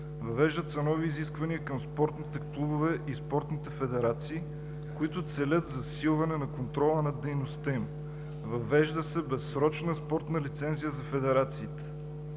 Въвеждат се нови изисквания към спортните клубове и спортните федерации, които целят засилване на контрола над дейността им. Въвежда се безсрочна спортна лицензия за федерациите.